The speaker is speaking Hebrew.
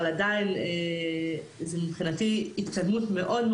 אבל עדיין מבחינתי זו התקדמות מאוד,